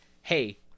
hey